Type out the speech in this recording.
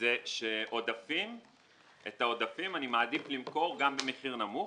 זה שאת העודפים אני מעדיף למכור גם במחיר נמוך,